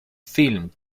film